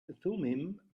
thummim